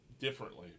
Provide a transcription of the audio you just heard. differently